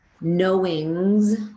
knowings